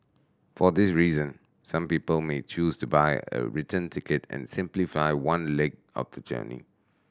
for this reason some people may choose to buy a return ticket and simply fly one leg of the journey